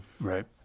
Right